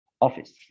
office